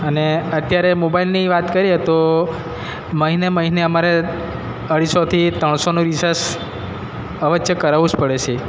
અને અત્યારે મોબાઇલની વાત કરીએ તો મહિને મહિને અમારે અઢીસોથી ત્રણસોનું રિચાર્જ અવશ્ય કરાવું જ પડે છે